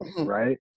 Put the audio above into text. Right